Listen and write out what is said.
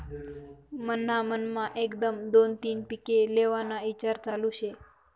मन्हा मनमा एकदम दोन तीन पिके लेव्हाना ईचार चालू शे